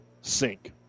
sync